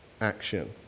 action